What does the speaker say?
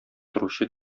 торучы